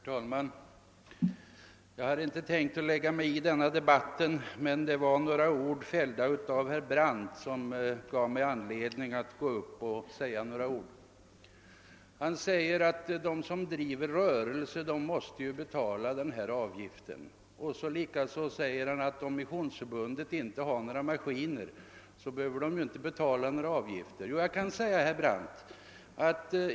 Herr talman! Jag hade inte tänkt lägga mig i denna debatt, men det var några ord av herr Brandt som gav mig anledning att gå upp i talarstolen. Han säger att de som driver rörelse måste betala denna avgift, och likaså säger han att om Missionsförbundet inte har några maskiner, behöver det inte betala några avgifter.